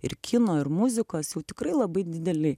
ir kino ir muzikos jau tikrai labai dideli